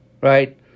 right